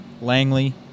Langley